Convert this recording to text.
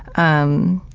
um,